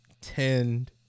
tend